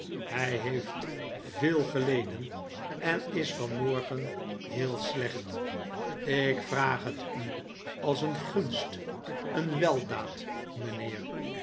hij heeft veel geleden en is van morgen heel slecht ik vraag het u als een gurist een weldaad mijnheer